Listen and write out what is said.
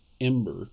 ember